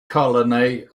colony